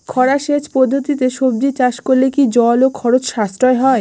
খরা সেচ পদ্ধতিতে সবজি চাষ করলে কি জল ও খরচ সাশ্রয় হয়?